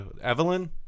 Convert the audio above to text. Evelyn